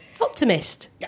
Optimist